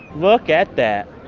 look at that.